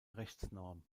rechtsnorm